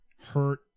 hurt